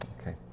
okay